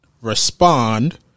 respond